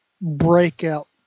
Breakout